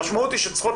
המשמעות היא שצריכות